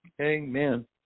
Amen